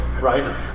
right